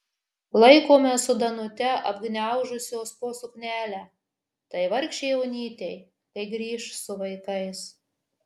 laikome su danute apgniaužusios po suknelę tai vargšei onytei kai grįš su vaikais